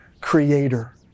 creator